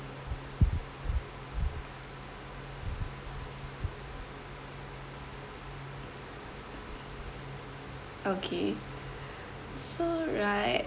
okay so right